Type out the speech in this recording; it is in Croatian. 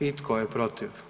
I tko je protiv?